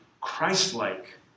Christ-like